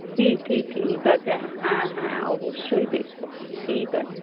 ঠি ঠি ঠি ঠিক আছে হ্যাঁ হ্যাঁ অবশ্যই দেখবো ঠিক আছে